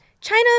China